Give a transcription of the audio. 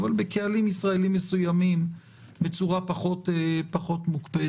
אבל בקהלים ישראליים מסוימים בצורה פחות מוקפדת.